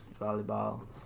volleyball